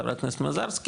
חברת הכנסת מזרסקי,